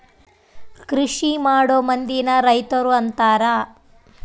ಕೃಷಿಮಾಡೊ ಮಂದಿನ ರೈತರು ಅಂತಾರ